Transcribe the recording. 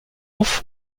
auf